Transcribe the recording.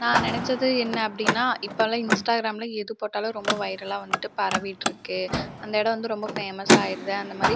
நான் நினச்சது என்ன அப்படின்னா இப்போலாம் இன்ஸ்ட்டாகிராம்ல எது போட்டாலும் ரொம்ப வைரல்லாக வந்துட்டு பரவிகிட்ருக்கு அந்த இடம் வந்து ரொம்ப ஃபேமஸ் ஆயிடுது அந்த மாதிரி